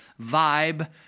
vibe